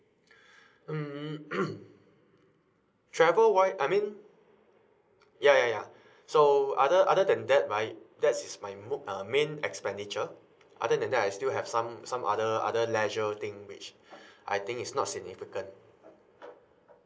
mm hmm travel wise I mean because because because so other other than that right that is my mo~ uh main expenditure other than that I still have some some other other leisure thing which I think is not significant